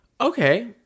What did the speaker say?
okay